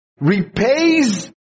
repays